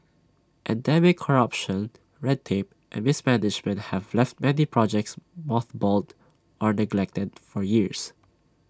endemic corruption red tape and mismanagement have left many projects mothballed or neglected for years